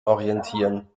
orientieren